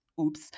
Oops